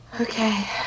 Okay